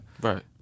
right